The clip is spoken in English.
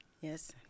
Yes